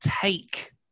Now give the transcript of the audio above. take